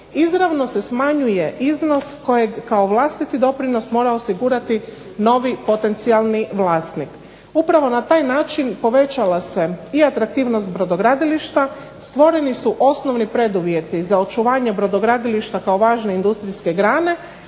izravno se smanjuje iznos kojeg kao vlastiti doprinos mora osigurati novi potencijalni vlasnik. Upravo na taj način povećala se i atraktivnost brodogradilišta, stvoreni su osnovni preduvjeti za očuvanje brodogradilišta kao važne industrijske grane